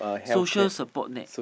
social support net